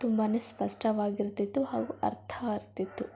ತುಂಬಾ ಸ್ಪಷ್ಟವಾಗಿರ್ತಿತ್ತು ಹಾಗೂ ಅರ್ಥ ಆಗ್ತಿತ್ತು